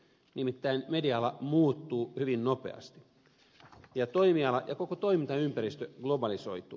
nimittäin media ala muuttuu hyvin nopeasti ja koko toimintaympäristö globalisoituu